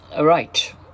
right